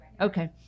Okay